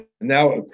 now